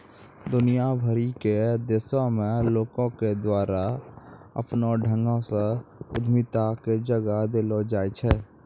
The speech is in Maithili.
दुनिया भरि के देशो मे लोको के द्वारा अपनो ढंगो से उद्यमिता के जगह देलो जाय छै